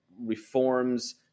reforms